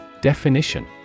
Definition